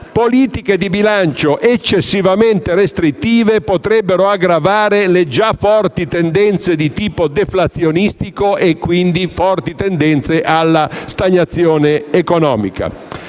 politiche di bilancio eccessivamente restrittive potrebbero aggravare le già forti tendenze di tipo deflazionistico e, quindi, forti tendenze alla stagnazione economica.